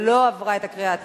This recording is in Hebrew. לא עברה את הקריאה הטרומית.